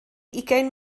ugain